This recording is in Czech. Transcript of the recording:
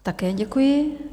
Také děkuji.